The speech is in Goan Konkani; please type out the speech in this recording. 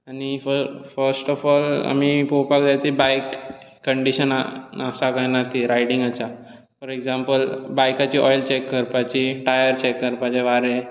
आनी फर्स्ट ऑफ ऑल आमी पळोवपाक जाय ती बायक कंडीशनांत आसा काय ना तें रायडिंगाच्या फॉर एग्जाम्पल बायकाची ऑयल चॅक करपाची टायर चॅक करपाचो वारें